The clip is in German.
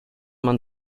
man